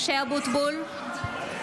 (קוראת בשמות חברי הכנסת) משה אבוטבול,